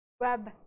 web